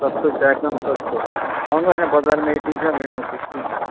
सस्तो छ एकदम सस्तो महँगो होइन बजारमा एट्टी छ मेरोमा सिक्सटी छ